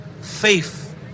faith